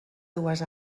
dues